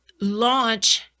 launch